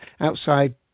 outside